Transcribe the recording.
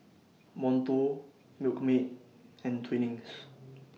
Monto Milkmaid and Twinings